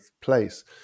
place